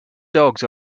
dogs